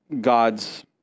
God's